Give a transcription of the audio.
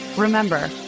Remember